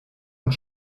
und